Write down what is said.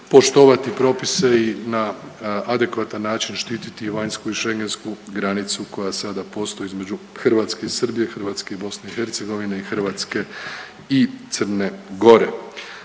poštovati propise i na adekvatan način štititi vanjsku i schengetsku granicu koja sada postoji između Hrvatske i Srbije, Hrvatske i BiH i Hrvatske i Crne Gore.